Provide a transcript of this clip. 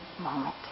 moment